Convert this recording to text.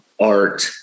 art